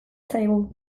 zaigu